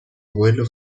abuelo